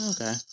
Okay